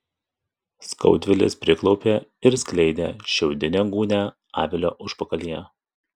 skaudvilis priklaupė ir skleidė šiaudinę gūnią avilio užpakalyje